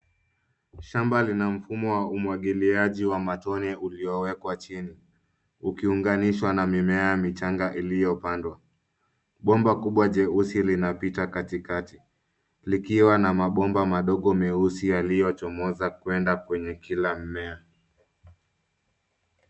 Shamba lina mfumo wa umwagiliaji wa matone uliowekwa chini ukiunganishwa na mimea michanga iliyopandwa. Bomba kubwa katikati likiwa na mabomba madogo meusi yaliyochomoza kwenda kwenye kila mmea.